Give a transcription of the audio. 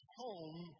home